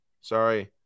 Sorry